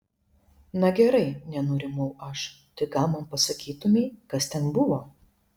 na gerai nenurimau aš tai gal man pasakytumei kas ten buvo